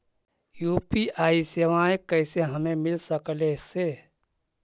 UPI सेवाएं कैसे हमें मिल सकले से?